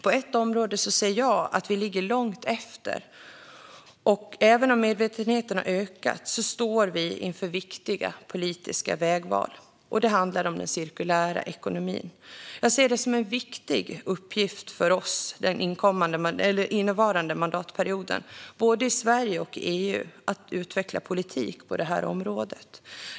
På ett område ser jag att vi ligger långt efter, och även om medvetenheten har ökat står vi inför viktiga politiska vägval. Det handlar om den cirkulära ekonomin. Jag ser det som en viktig uppgift för oss under innevarande mandatperiod, både i Sverige och i EU, att utveckla politik på området.